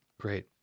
Great